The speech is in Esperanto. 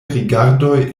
rigardoj